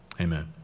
Amen